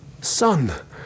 Son